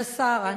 כבוד השר,